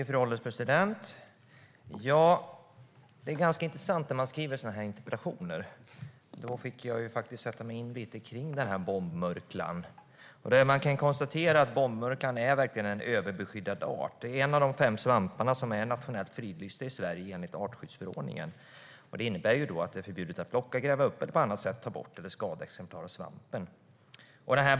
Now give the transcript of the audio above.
Fru ålderspresident! Det är ganska intressant när man skriver interpellationer. Jag fick sätta mig in lite kring bombmurklan. Man kan konstatera att bombmurklan verkligen är en överbeskyddad art. Det är en av de fem svampar som är nationellt fridlysta i Sverige enligt artskyddsförordningen. Det innebär att det är förbjudet att plocka, gräva upp eller på annat sätt ta bort eller skada exemplar av svampen.